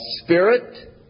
spirit